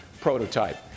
prototype